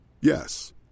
Yes